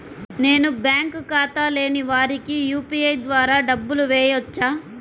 నేను బ్యాంక్ ఖాతా లేని వారికి యూ.పీ.ఐ ద్వారా డబ్బులు వేయచ్చా?